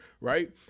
right